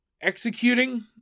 executing